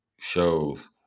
shows